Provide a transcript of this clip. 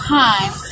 time